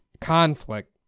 conflict